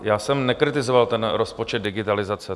Já jsem nekritizoval ten rozpočet digitalizace.